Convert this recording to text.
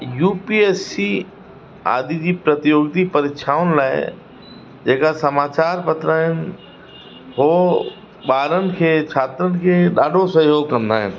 U P S E आदि दि प्रतियोगिति परीशाउनि लाइ जेका समाचार पत्र आहिनि हो ॿारनि खे छात्रनि खे ॾाढो सहयोगु कंदा आहिनि